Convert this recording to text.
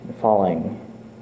falling